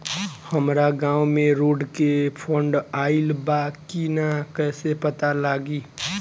हमरा गांव मे रोड के फन्ड आइल बा कि ना कैसे पता लागि?